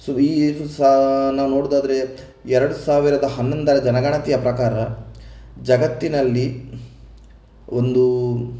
so ಈ ಸಾ ನಾವು ನೋಡುವುದಾದ್ರೆ ಎರಡು ಸಾವಿರದ ಹನ್ನೊಂದರ ಜನಗಣತಿಯ ಪ್ರಕಾರ ಜಗತ್ತಿನಲ್ಲಿ ಒಂದು